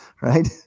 Right